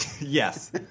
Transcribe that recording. Yes